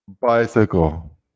Bicycle